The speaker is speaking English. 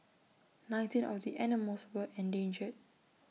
nineteen of the animals were endangered